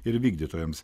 ir vykdytojams